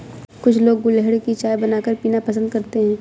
कुछ लोग गुलहड़ की चाय बनाकर पीना पसंद करते है